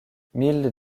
mille